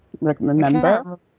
remember